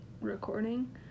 recording